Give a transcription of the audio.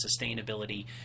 sustainability